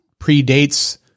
predates